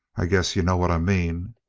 i guess you know what i mean.